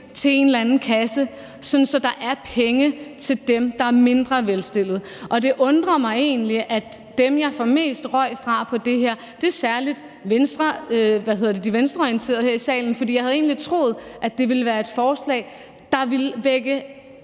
til en eller anden kasse, sådan at der er penge til dem, der er mindre velstillede. Og det undrer mig egentlig, at dem, jeg får mest røg fra på det her, særlig er de venstreorienterede her i salen, for jeg havde egentlig troet, at det ville være et forslag, der ville